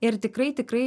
ir tikrai tikrai